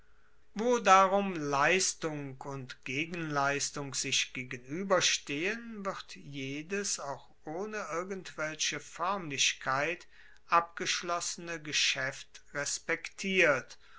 wo darum leistung und gegenleistung sich gegenueberstehen wird jedes auch ohne irgendwelche foermlichkeit abgeschlossene geschaeft respektiert